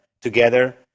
together